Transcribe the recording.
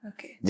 Okay